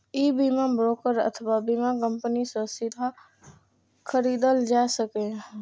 ई बीमा ब्रोकर अथवा बीमा कंपनी सं सीधे खरीदल जा सकैए